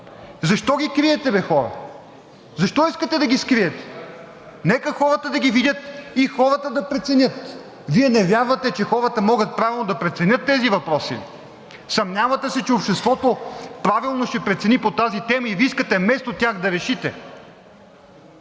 Защо ги криете бе, хора? Защо искате да ги скриете? Нека хората да ги видят и те да преценят. Вие не вярвате, че хората могат правилно да преценят тези въпроси ли? Съмнявате се, че обществото правилно ще прецени по тази тема и Вие искате вместо тях да решите?